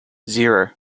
zero